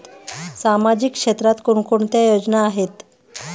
सामाजिक क्षेत्रात कोणकोणत्या योजना आहेत?